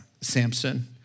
Samson